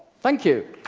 thank you!